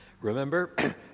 Remember